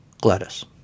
Gladys